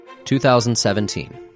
2017